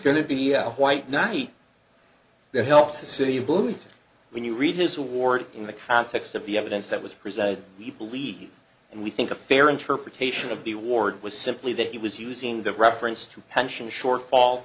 to be a white knight that helps the city of blues when you read his award in the context of the evidence that was presented we believe and we think a fair interpretation of the award was simply that he was using that reference to pension shortfall